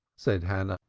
said hannah.